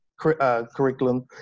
curriculum